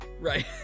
right